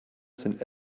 sind